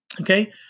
Okay